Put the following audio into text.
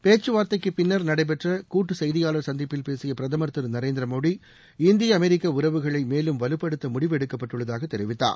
பேச்சுவார்த்தைக்கு பின்னர் நடைபெற்ற கூட்டுச் செய்தியாளர் சந்திப்பில் பேசிய பிரதமர் திரு நரேந்திர மோடி இந்திய அமெரிக்க உறவுகளை மேலும் வலுப்படுத்த முடிவு எடுக்கப்பட்டுள்ளதாக தெரிவித்தார்